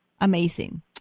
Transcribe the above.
amazing